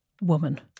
woman